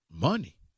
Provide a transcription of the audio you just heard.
money